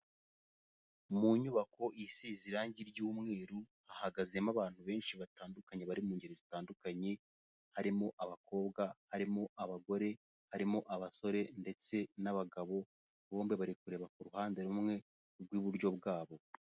Mu nyubako isize irangi ry'umweru, hahagazemo abantu benshi batandukanye bari mu ngeri zitandukanye, harimo abakobwa, harimo abagore, harimo abasore ndetse n'abagabo, bombi bari kureba ku ruhande rumwe rw'iburyo bwabo.